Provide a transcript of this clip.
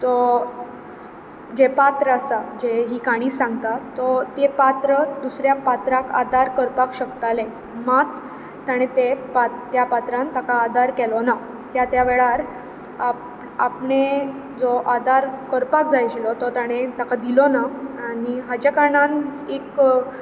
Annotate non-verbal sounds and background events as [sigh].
जें पात्र आसा जें ही काणी सांगता तो तें पात्र दुसऱ्या पात्राक आदार करपाक शकतालें मात ताणें तें त्या पात्रान ताका आदार केलो ना त्या त्या वेळार [unintelligible] आपणें जो आदार करपाक जाय आशिल्लो तो ताणें ताका दिलो ना आनी हाच्या कारणान एक